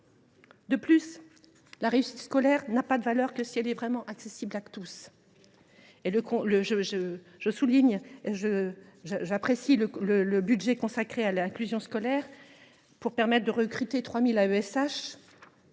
De plus, la réussite scolaire n’a de valeur que si elle est vraiment accessible à tous. J’apprécie le budget consacré à l’inclusion scolaire, avec l’objectif de recruter 3 000 AESH,